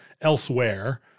elsewhere